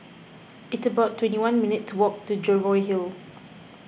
it's about twenty one minutes' walk to Jervois Hill